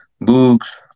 books